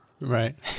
Right